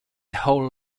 whole